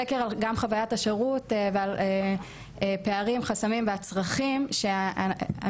סקר גם על חוויית השירות ועל פערים חסמים והצרכים שהמילואימיות